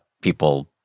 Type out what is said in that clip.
people